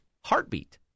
heartbeat